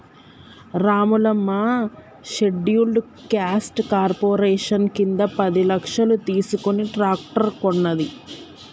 Ramulamma scheduled caste corporation కింద పది లక్షలు తీసుకుని ట్రాక్టర్ కొన్నది